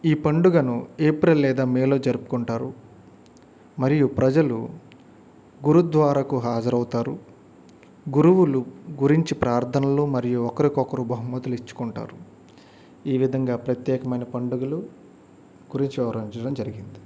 ఈ పండుగను ఏప్రిల్ లేదా మేలో జరుపుకుంటారు మరియు ప్రజలు గురుద్వారాకు హాజరవుతారు గురువులు గురించి ప్రార్థనలు మరియు ఒకరికొకరు బహుమతులు ఇచ్చుకుంటారు ఈ విధంగా ప్రత్యేకమైన పండుగలు గురించి వివరించడం జరిగింది